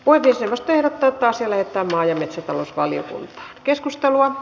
puhemiesneuvosto ehdottaa että asia lähetetään maa ja metsätalousvaliokuntaan